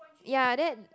ya then